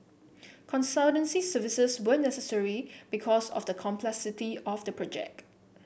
consultancy services were necessary because of the complexity of the project